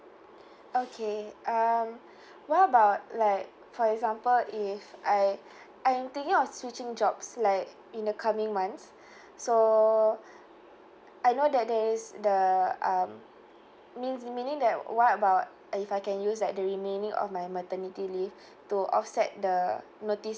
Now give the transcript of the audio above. okay um what about like for example if I I'm thinking of switching jobs like in the coming months so I know that there is the um means meaning that what about if I can use that the remaining of my maternity leave to offset the notice